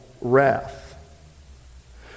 wrath